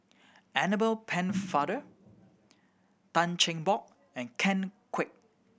Annabel Pennefather Tan Cheng Bock and Ken Kwek